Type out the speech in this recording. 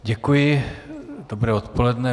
Děkuji, dobré odpoledne.